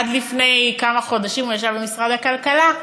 עד לפני כמה חודשים הוא ישב במשרד הכלכלה.